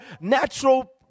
natural